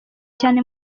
cyane